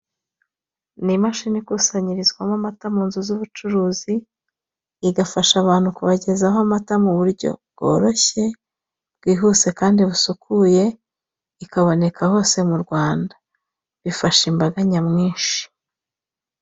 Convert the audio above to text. Ni amashini ikusanyirizwamo amata mu nzu z'ubucuruzi igafasha abantu kubagezaho amata mu buryo bwihuse kandi busukuye ikaboneka ahantu hose mu Rwanda. Ifasha imbaga nyamwinshi.